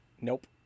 Nope